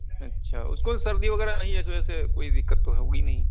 اچھا اس کو سردی وغیرہ نہیں ہے تو ایسے کوئی دقت تو ہوگی نہیں